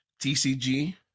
TCG